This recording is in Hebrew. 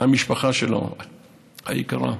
המשפחה היקרה שלו,